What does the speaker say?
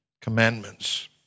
commandments